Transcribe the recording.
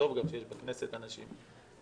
וטוב שיש בכנסת אנשים כאלה.